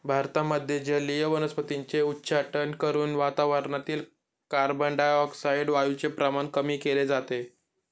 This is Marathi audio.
भारतामध्ये जलीय वनस्पतींचे उच्चाटन करून वातावरणातील कार्बनडाय ऑक्साईड वायूचे प्रमाण कमी केले जाते